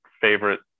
favorite